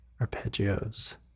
arpeggios